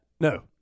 No